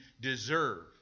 deserve